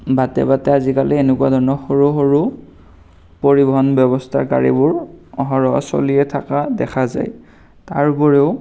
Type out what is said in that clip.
বাটে বাটে আজিকালি এনেকুৱা ধৰণৰ সৰু সৰু পৰিবহণ ব্যৱস্থাৰ গাড়ীবোৰ অহৰহ চলিয়ে থকা দেখা যায় তাৰ উপৰিও